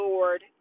Lord